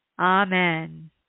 Amen